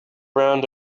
round